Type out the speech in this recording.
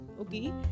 okay